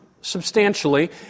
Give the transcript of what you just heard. substantially